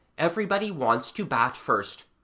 everybody wants to bat first,